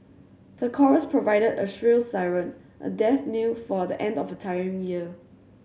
the chorus provided a shrill siren a death knell for the end of a tiring year